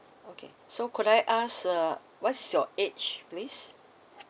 okay so could I ask uh what's your age please